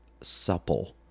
supple